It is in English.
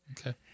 okay